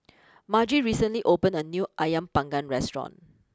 Margy recently opened a new Ayam Panggang restaurant